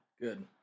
good